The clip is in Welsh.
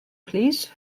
plîs